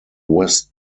west